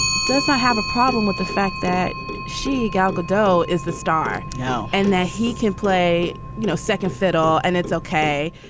does not have a problem with the fact that she got gado is the star, no. and that he can play you know second fiddle and it's ok,